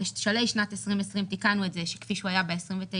בשלהי שנת 2020 תיקנו את זה כפי שהוא היה ב-29.3.20,